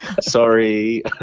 Sorry